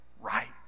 right